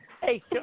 Hey